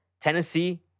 Tennessee